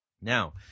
Now